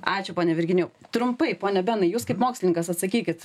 ačiū pone virginijau trumpai pone benai jūs kaip mokslininkas atsakykit